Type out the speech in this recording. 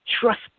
trust